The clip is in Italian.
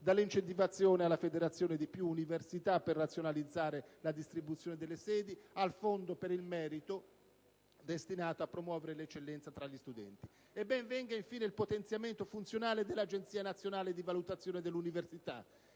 dall'incentivazione alla federazione di più università per razionalizzare la distribuzione delle sedi, al fondo per il merito, destinato a promuovere l'eccellenza fra gli studenti. E ben venga, infine, il potenziamento funzionale dell'Agenzia nazionale di valutazione dell'università